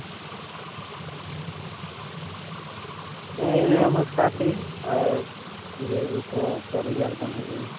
ᱦᱮᱸ ᱤᱱᱟᱹ ᱵᱟᱠᱷᱟᱨᱟ ᱛᱮ ᱟᱨ ᱡᱮ ᱱᱤᱛ ᱦᱚᱸ ᱩᱠᱩᱨ ᱨᱮᱡᱟᱞ ᱵᱟᱝ ᱦᱮᱡ ᱞᱮᱱᱟ